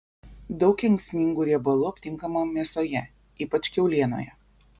daug kenksmingų riebalų aptinkama mėsoje ypač kiaulienoje